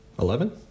Eleven